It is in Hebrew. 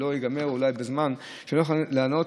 אולי ייגמר הזמן ולא נוכל לענות,